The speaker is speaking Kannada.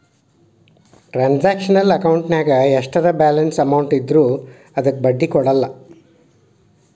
ಟ್ರಾನ್ಸಾಕ್ಷನಲ್ ಅಕೌಂಟಿನ್ಯಾಗ ಎಷ್ಟರ ಬ್ಯಾಲೆನ್ಸ್ ಅಮೌಂಟ್ ಇದ್ರೂ ಅದಕ್ಕ ಬಡ್ಡಿ ಕೊಡಲ್ಲ